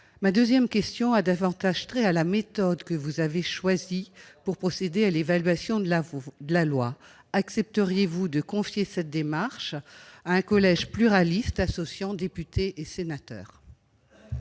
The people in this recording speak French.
Ma deuxième question a davantage trait à la méthode que vous avez choisie pour procéder à l'évaluation de la loi. Accepteriez-vous de confier cette démarche d'évaluation à un collège pluraliste associant députés et sénateurs ?